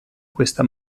questa